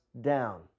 down